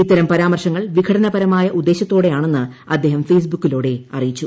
ഇത്തരം പരാമർശങ്ങൾ വിഘടനപരമായ ഉദ്ദേശ്യത്തോടെയാണെന്ന് അദ്ദേഹം ഫെയ്സ്ബുക്കിലൂടെ അറിയിച്ചു